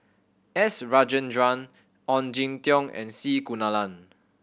S Rajendran Ong Jin Teong and C Kunalan